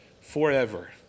forever